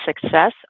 success